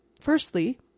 Firstly